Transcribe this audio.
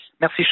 Merci